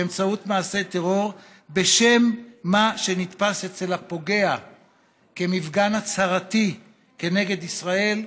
באמצעות מעשי טרור בשם מה שנתפס אצל הפוגע כמפגן הצהרתי כנגד ישראל,